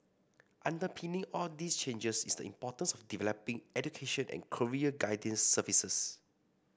underpinning all these changes is the importance of developing education and career guidance services